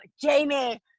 Jamie